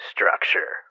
Structure